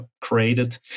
created